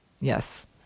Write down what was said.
Yes